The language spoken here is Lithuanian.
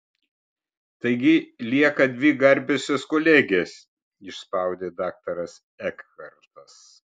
taigi lieka dvi garbiosios kolegės išspaudė daktaras ekhartas